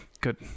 Good